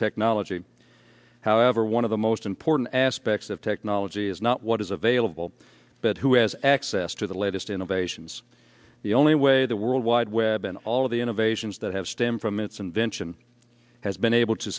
technology however one of the most important aspects of technology is not what is available but who has access to the latest innovations the only way the world wide web and all of the innovations that have stemmed from its invention has been able to